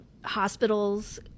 hospitals